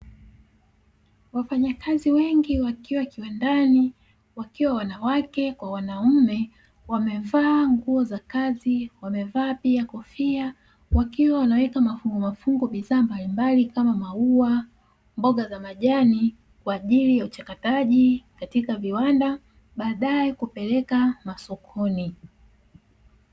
Wafanyakazi wengi wakiwa kiwandani wakiwa wanawake kwa wanaume wamevaa nguo za kazi, wamevaa pia kofia wakiwa wanaweka mafungu mafungu bidhaa mbalimbali kama maua, mboga za majani kwa ajili ya uchakataji katika viwanda baadae kupeleka masokoni.